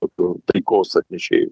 tokiu taikos atnešėju